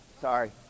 Sorry